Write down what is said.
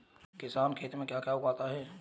किसान खेत में क्या क्या उगाता है?